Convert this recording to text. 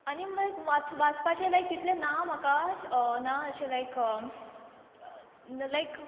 आनी म्हाका वाच वाचपाचें लायक तितलें ना म्हाका ना अशें लायक लायक